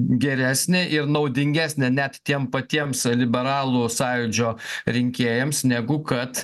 geresnė ir naudingesnė net tiem patiems liberalų sąjūdžio rinkėjams negu kad